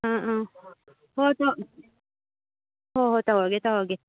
ꯑꯥ ꯑꯥ ꯍꯣꯏ ꯑꯗꯣ ꯍꯣꯏ ꯍꯣꯏ ꯇꯧꯔꯒꯦ ꯇꯧꯔꯒꯦ